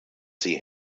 see